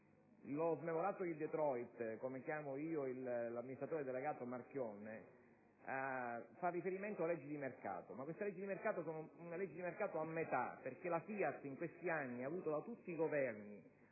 Lo «smemorato di Detroit», come chiamo l'amministratore delegato Marchionne, fa riferimento a leggi di mercato, ma si tratta di leggi di mercato a metà, perché la FIAT in questi anni ha avuto da tutti i Governi